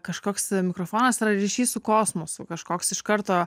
kažkoks mikrofonas yra ryšys su kosmosu kažkoks iš karto